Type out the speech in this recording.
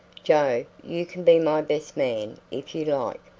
joe, you can be my best man if you like,